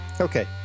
Okay